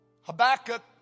Habakkuk